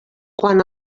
quan